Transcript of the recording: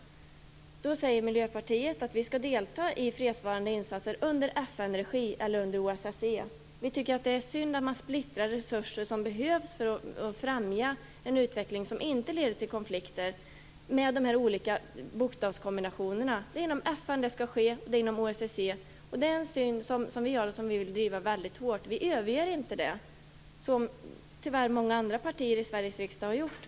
Vi i Miljöpartiet säger att Sverige skall delta i fredsbevarande insatser i FN-regi eller under OSSE. Vi tycker att det är synd att man splittrar resurser som behövs för att med de här olika bokstavskombinationerna främja en utveckling som inte leder till konflikter. Det är inom FN och OSSE som detta skall ske. Det är den syn som vi har och som vi vill driva väldigt hårt. Vi överger inte den, vilket tyvärr många andra partier i Sveriges riksdag har gjort.